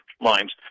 lines